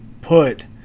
put